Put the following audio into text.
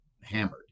hammered